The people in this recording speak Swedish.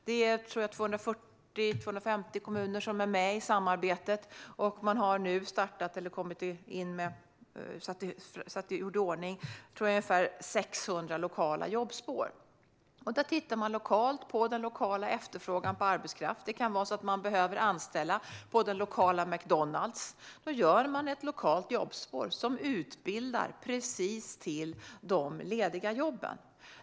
Jag tror att det är 240-250 kommuner som är med, och man har nu gjort i ordning ungefär 600 lokala jobbspår. Man tittar lokalt på den lokala efterfrågan på arbetskraft. Det kan vara att den lokala McDonalds behöver anställa. Då gör man ett lokalt jobbspår som utbildar till precis de lediga jobben.